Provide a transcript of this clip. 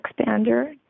expander